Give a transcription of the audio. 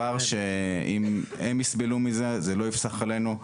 אם הם יסבלו מזה, זה לא יפסח עלינו.